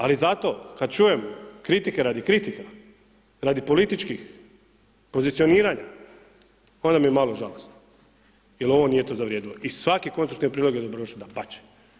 Ali zato kada čujem kritike radi kritika, radi političkih pozicioniranja onda mi je malo žalosno jer ovo nije to zavrijedilo i svaki konstruktivni prijedlog je dobrodošao, dapače.